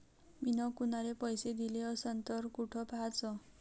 मिन कुनाले पैसे दिले असन तर कुठ पाहाचं?